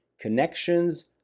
connections